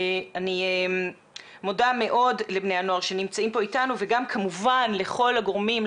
אני מודה מאוד לבני הנוער שנמצאים פה איתנו וגם כמובן לכל הגורמים,